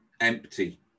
empty